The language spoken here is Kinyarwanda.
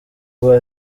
rwa